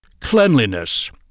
Cleanliness